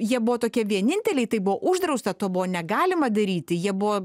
jie buvo tokie vieninteliai tai buvo uždrausta to buvo negalima daryti jie buvo